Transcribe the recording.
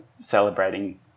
celebrating